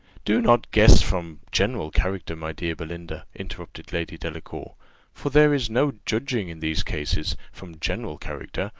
do not guess from general character, my dear belinda, interrupted lady delacour for there is no judging, in these cases, from general character,